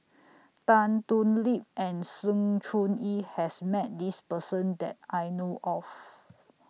Tan Thoon Lip and Sng Choon Yee has Met This Person that I know of